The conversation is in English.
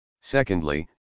Secondly